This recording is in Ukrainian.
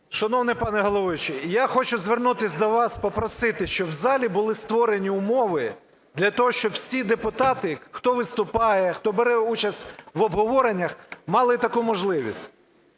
Шановний пане головуючий, я хочу звернутись до вас і попросити, щоб в залі були створені умови для того, щоб всі депутати, хто виступає і хто бере участь в обговореннях, мали таку можливість.